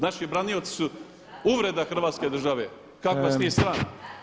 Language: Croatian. Naši branioci su uvreda Hrvatske države, kako vas nije sram?